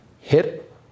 hit